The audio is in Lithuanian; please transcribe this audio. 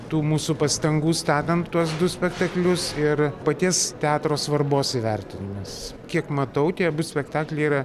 tų mūsų pastangų statant tuos du spektaklius ir paties teatro svarbos įvertinimas kiek matau tie abu spektakliai yra